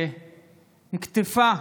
שנקטפה,